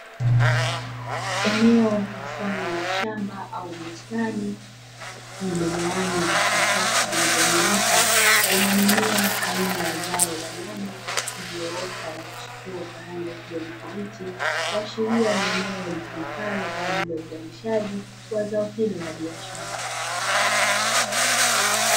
Eneo mfano wa shamba au bustani, lililogawanywa katika safu zilizonyooka, lenye mimea aina ya zao la nyanya iliyoota na kuchipua kwa rangi ya kijani kibichi, kuashiria ni eneo litumikalo kwa ajili ya uzalishaji wa zao hilo la biashara.